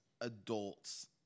adults